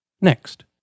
Next